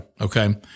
Okay